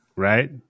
Right